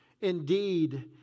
Indeed